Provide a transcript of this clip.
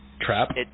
Trap